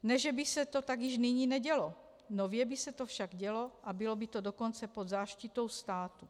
Ne že by se to tak již nyní nedělo, nově by se to však dělo, a bylo by to dokonce pod záštitou státu.